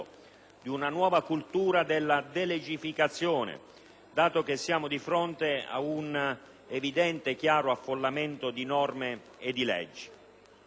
di una nuova cultura della delegificazione, dato che siamo di fronte ad un evidente, chiaro affollamento di norme e di leggi.